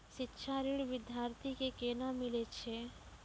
शिक्षा ऋण बिद्यार्थी के कोना मिलै छै?